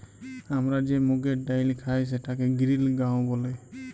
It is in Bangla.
আমরা যে মুগের ডাইল খাই সেটাকে গিরিল গাঁও ব্যলে